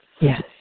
Yes